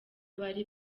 bari